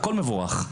הכול מבורך.